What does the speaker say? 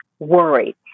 worried